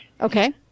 Okay